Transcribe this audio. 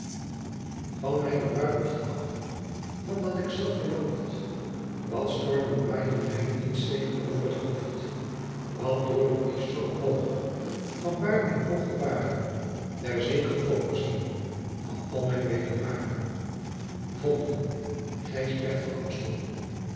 van mijne bruiloft af van dat ik zat verlooft wat stormen waeiden mij niet sedert over t hooft wat toren is zoo hoog van waer mijn oogh de baren der zee kan overzien van al mijn wedervaeren v